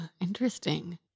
Interesting